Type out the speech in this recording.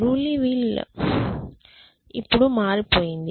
రూలీ వీల్ ఇప్పుడు మారిపోయింది